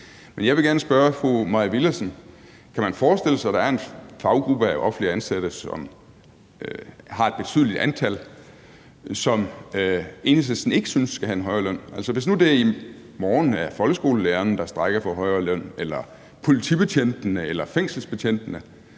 Men jeg vil gerne spørge fru Mai Villadsen: Kan man forestille sig, at der er en faggruppe af offentligt ansatte, som har et betydeligt antal, som Enhedslisten ikke synes skal have en højere løn? Altså, hvis det nu i morgen er folkeskolelærerne eller politibetjentene eller fængselsbetjente,